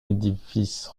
édifice